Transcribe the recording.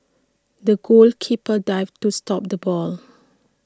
the goalkeeper dived to stop the ball